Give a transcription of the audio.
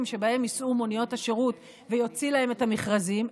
שבהם ייסעו מוניות השירות ויוציא להן את המכרזים,